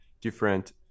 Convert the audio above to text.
different